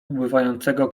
ubywającego